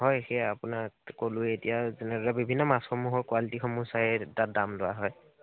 হয় সেয়া আপোনাক ক'লোৱে এতিয়া বিভিন্ন মাছসমূহৰ কোৱালিটিসমূহ চাইয়ে তাত দাম লোৱা হয়